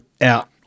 out